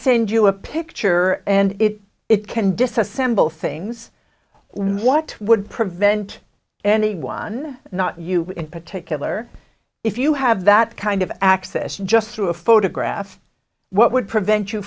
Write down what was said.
send you a picture and it can disassemble things what would prevent anyone not you in particular if you have that kind of access just through a photograph what would prevent you